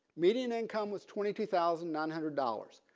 median income was twenty two thousand nine hundred dollars.